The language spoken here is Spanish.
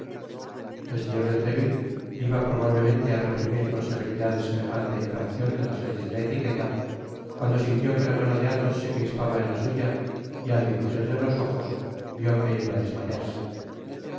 el señor de treville iba probablemente á reprimir con severidad semejante infraccion de las leyes de la etiqueta cuando sintió que la mano de athos se crispaba en la suya y al dirijirle los ojos vió que iba á desmayarse